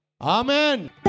Amen